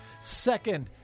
second